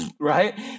right